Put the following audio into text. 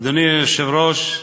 אדוני היושב-ראש,